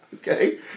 Okay